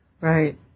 Right